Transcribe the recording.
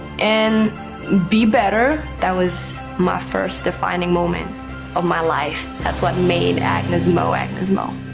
and be better. that was my first defining moment of my life. that's what made agnez mo agnez mo.